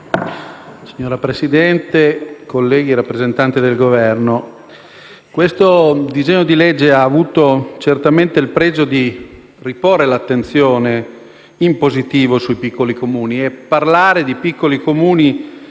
Signora Presidente, colleghi, rappresentante del Governo, il disegno di legge in esame ha avuto certamente il pregio di riporre un'attenzione positiva sui piccoli Comuni. Parlare di piccoli Comuni